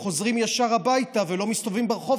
הולכים ישר הביתה ולא מסתובבים ברחוב,